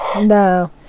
no